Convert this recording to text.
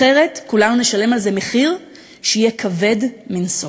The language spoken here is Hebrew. אחרת כולנו נשלם על זה מחיר שיהיה כבד מנשוא.